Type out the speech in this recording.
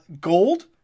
gold